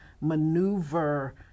maneuver